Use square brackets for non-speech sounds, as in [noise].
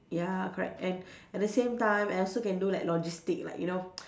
ya correct and at the same time I also can do like logistics like you know [noise]